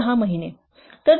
6 महिने